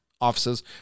Offices